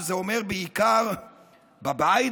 שזה אומר בעיקר בבית,